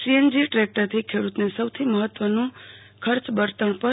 CNG દ્રેક્ટરથી ખેડૂતને સૌથી મહત્વનો ખર્ચ બળતણ પર છે